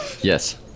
Yes